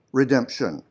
redemption